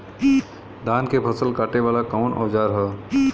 धान के फसल कांटे वाला कवन औजार ह?